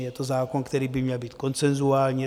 Je to zákon, který by měl být konsenzuální.